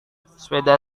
sepeda